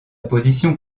position